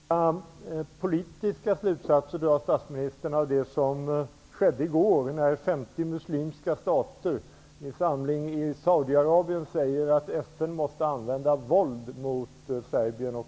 Fru talman! Vilka politiska slutsatser drar statsministern av det som skedde i går, då 50 muslimska stater vid en samling i Saudiarabien sade att FN måste använda våld mot Serbien och